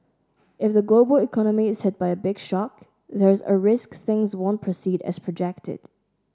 if the global economy is hit by a big shock there's a risk things won't proceed as projected